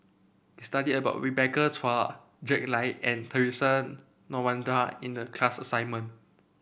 we studied about Rebecca Chua Jack Lai and Theresa Noronha in the class assignment